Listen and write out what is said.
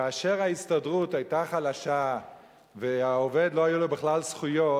כאשר ההסתדרות היתה חלשה ולעובד לא היו בכלל זכויות,